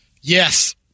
Yes